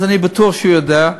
אז אני בטוח שהוא יודע.